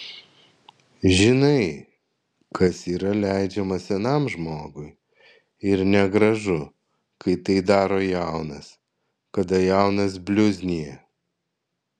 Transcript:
žinai kas yra leidžiama senam žmogui ir negražu kai tai daro jaunas kada jaunas bliuznija